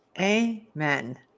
Amen